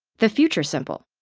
the future simple.